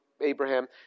Abraham